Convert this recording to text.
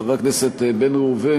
חבר הכנסת בן ראובן,